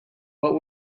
what